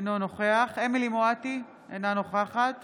אינו נוכח אמילי חיה מואטי, אינה נוכחת